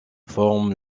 forme